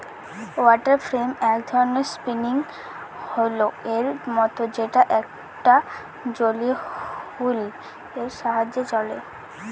water frame এক ধরনের spinning wheel এর মত যেটা একটা জলীয় হুইল এর সাহায্যে চলে